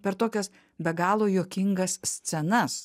per tokias be galo juokingas scenas